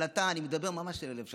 אבל אתה, אני מדבר ממש אל הלב שלך.